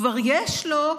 כבר יש לו,